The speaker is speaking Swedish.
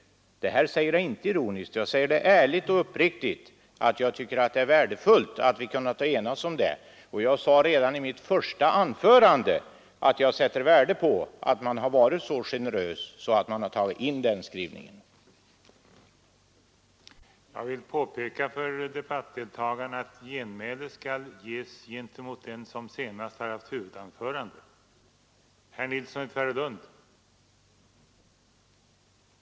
Detta säger jag inte ironiskt utan ärligt och uppriktigt, och jag tycker det är värdefullt att vi har kunnat enas om det. Jag sade också redan i mitt första anförande att jag sätter värde på att man har varit så generös att man har tagit in den skrivningen i utskottets betänkande.